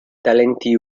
talenti